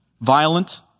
Violent